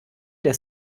der